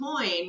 coin